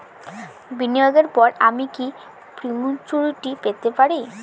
বিনিয়োগের পর আমি কি প্রিম্যচুরিটি পেতে পারি?